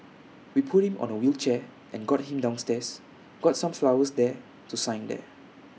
we put him on A wheelchair and got him downstairs got some flowers there to sign there